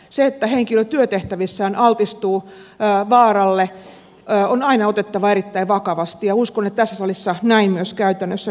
se että henkilö työtehtävissään altistuu vaaralle on aina otettava erittäin vakavasti ja uskon että tässä salissa näin myös käytännössä tehdään